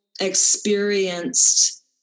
experienced